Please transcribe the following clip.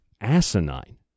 asinine